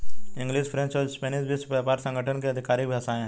English, French और Spanish विश्व व्यापार संगठन की आधिकारिक भाषाएं है